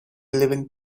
living